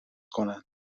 کنند